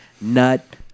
nut